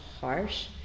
harsh